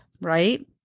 right